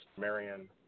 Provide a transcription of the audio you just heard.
Marion